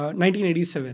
1987